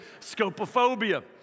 Scopophobia